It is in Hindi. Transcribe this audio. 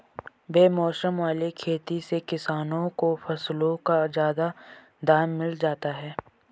बेमौसम वाली खेती से किसानों को फसलों का ज्यादा दाम मिल जाता है